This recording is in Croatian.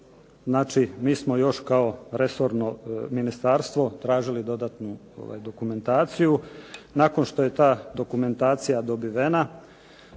potpun. Mi smo kao resorno ministarstvo tražili dodatnu dokumentaciju. Nakon što je ta dokumentacija dobivena,